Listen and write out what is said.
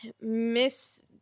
Miss